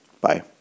Bye